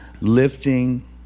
lifting